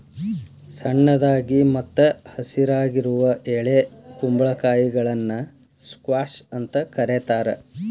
ಸಣ್ಣದಾಗಿ ಮತ್ತ ಹಸಿರಾಗಿರುವ ಎಳೆ ಕುಂಬಳಕಾಯಿಗಳನ್ನ ಸ್ಕ್ವಾಷ್ ಅಂತ ಕರೇತಾರ